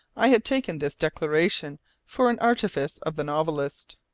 i had taken this declaration for an artifice of the novelist.